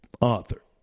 author